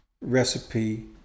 recipe